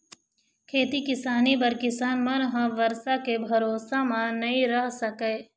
खेती किसानी बर किसान मन ह बरसा के भरोसा म नइ रह सकय